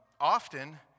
Often